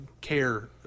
care